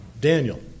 Daniel